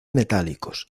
metálicos